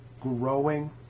growing